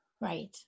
Right